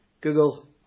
Google